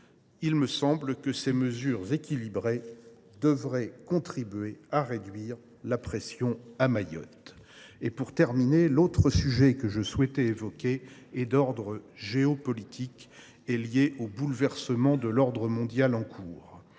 Il me semble que ces mesures équilibrées devraient contribuer à réduire la pression à Mayotte. L’autre sujet que je souhaite évoquer est d’ordre géopolitique. Il est lié aux bouleversements de l’ordre mondial en cours.